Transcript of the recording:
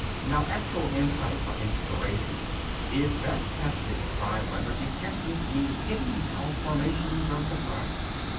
now, actual insight or inspiration is best tested by whether it guesses these hidden malformations or surprises.